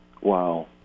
wow